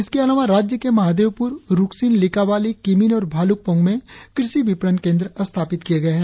इसके अलावा राज्य के महादेवपुर रुकसिन लिकावाली किमिन और भालूकपोंग में कृषि विपणन केंद्र स्थापित किये गए है